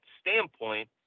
standpoint